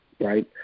right